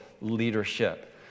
leadership